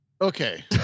Okay